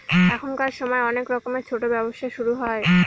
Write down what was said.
এখনকার সময় অনেক রকমের ছোটো ব্যবসা শুরু হয়